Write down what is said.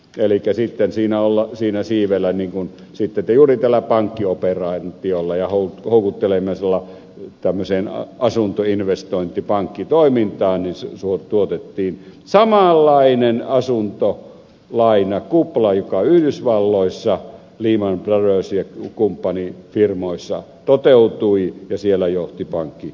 elikkä sitten siinä siivellä niin kuin juuri tällä pankkioperaatiolla ja houkuttelemisella tämmöiseen asuntoinvestointipankkitoimintaan tuotettiin samanlainen asuntolainakupla joka yhdysvalloissa lehman brothersissa ja kumppanifirmoissa toteutui ja siellä johti pankkikriisiin